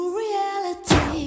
reality